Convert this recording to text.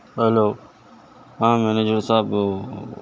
hello ہاں manager صاحب